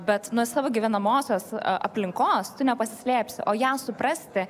bet nuo savo gyvenamosios aplinkos tu nepasislėpsi o ją suprasti